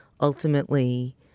ultimately